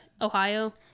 Ohio